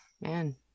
man